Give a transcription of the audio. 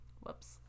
whoops